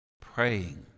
Praying